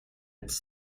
its